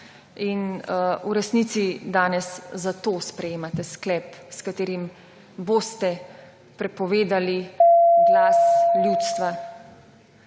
V resnici danes zato sprejemate sklep, s katerim boste prepovedali glas ljudstva.